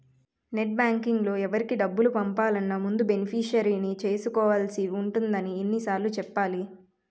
net బాంకింగ్లో ఎవరికి డబ్బులు పంపాలన్నా ముందు బెనిఫిషరీని చేర్చుకోవాల్సి ఉంటుందని ఎన్ని సార్లు చెప్పాలి